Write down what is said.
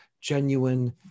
genuine